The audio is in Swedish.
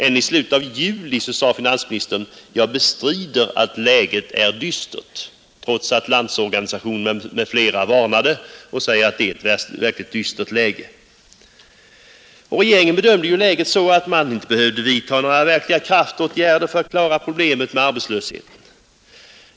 Ännu i slutet av juli uttalade finansministern: ”Jag bestrider, att läget är dystert.” Trots att Landsorganisationen m.fl. varnade och sade att det är ett verkligt dystert läge. Regeringen bedömde läget så, att man inte behövde vidtaga några verkliga kraftåtgärder för att klara problemet med arbetslösheten.